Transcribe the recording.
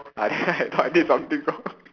I I thought I did something wrong